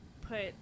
put